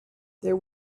there